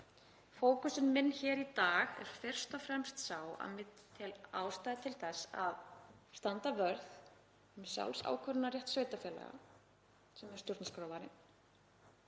Fókusinn minn hér í dag er fyrst og fremst sá að ég tel ástæðu til þess að standa vörð um sjálfsákvörðunarrétt sveitarfélaga, sem er stjórnarskrárvarinn,